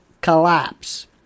collapse